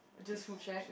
just food shack